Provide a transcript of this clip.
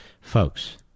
Folks